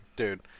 Dude